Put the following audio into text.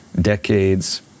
decades